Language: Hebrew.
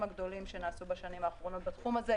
הגדולים שנעשו בשנים האחרונות בתחום הזה.